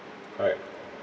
correct